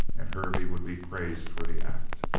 and hervey would be praised for the act!